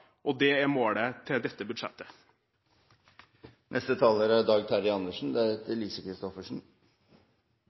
og det er målet med dette budsjettet.